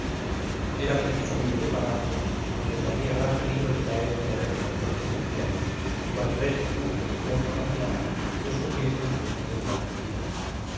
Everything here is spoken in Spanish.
era preciso huir de palacio donde corría gran peligro de caer en poder del atroz licenciado en cuanto éste conferenciando con mi ama descubriese mis estupendas mentiras